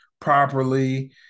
properly